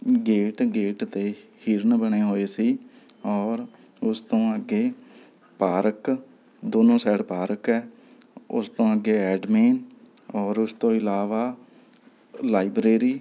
gate gate 'ਤੇ ਹਿਰਨ ਬਣੇ ਹੋਏ ਸੀ ਔਰ ਉਸ ਤੋਂ ਅੱਗੇ ਪਾਰਕ ਦੋਨੋਂ ਸਾਈਡ ਪਾਰਕ ਹੈ ਉਸ ਤੋਂ ਅੱਗੇ ਐਡਮਿਨ ਔਰ ਉਸ ਤੋਂ ਇਲਾਵਾ ਲਾਇਬ੍ਰੇਰੀ